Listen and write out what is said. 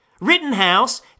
Rittenhouse